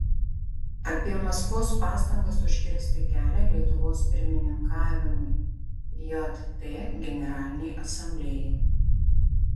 apie maskvos pastangas užkirsti kelią lietuvos pirmininkavimui jt generalinei asamblėjai